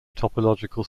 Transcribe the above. topological